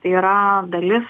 tai yra dalis